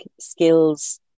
skills